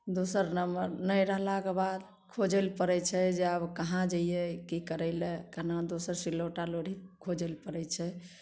दोसर नम्बर नहि रहलाके बाद खोजैले पड़ै छै जे आब कहाँ जइए कि करैले कोना दोसर सिलौठ आओर लोढ़ी खोजैले पड़ै छै